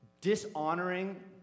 Dishonoring